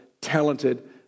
talented